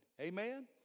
Amen